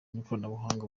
n’ikoranabuhanga